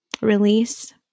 release